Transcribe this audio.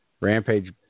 Rampage